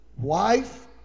wife